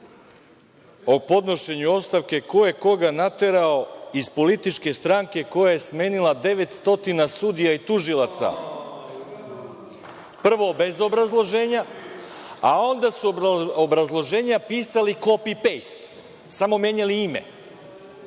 o podnošenju ostavke, ko je koga naterao, iz političke stranke koja je smenila 900 sudija i tužilaca, prvo, bez obrazloženja, a onda su obrazloženja pisali kopi-pejst, samo menjali ime.